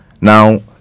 Now